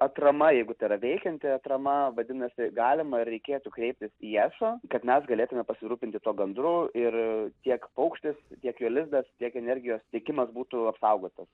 atrama jeigu tai yra veikianti atrama vadinasi galima ir reikėtų kreiptis į eso kad mes galėtume pasirūpinti tuo gandru ir tiek paukštis tiek jo lizdas tiek energijos tiekimas būtų apsaugotas